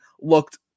looked